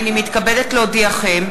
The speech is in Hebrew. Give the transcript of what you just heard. הנני מתכבדת להודיעכם,